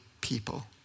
people